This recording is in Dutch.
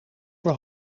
voor